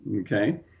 okay